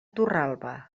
torralba